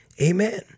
Amen